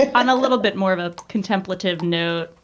i'm a little bit more of a contemplative note.